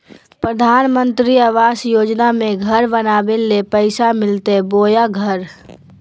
प्रधानमंत्री आवास योजना में घर बनावे ले पैसा मिलते बोया घर?